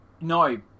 No